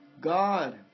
God